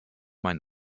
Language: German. mein